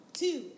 two